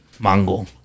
mango